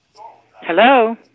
Hello